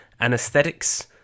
Anesthetics